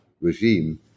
regime